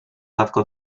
tatko